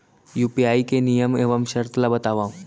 UPI के नियम एवं शर्त ला बतावव